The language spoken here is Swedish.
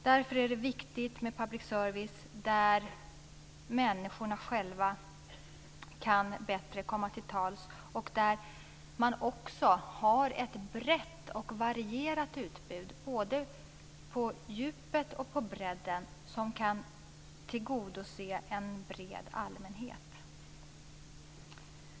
Därför är det viktigt med public service där människorna själva bättre kan komma till tals och där man också har ett varierat utbud både på djupet och på bredden som kan tillgodose en bred allmänhet.